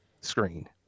screen